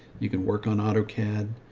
you can work on autocad,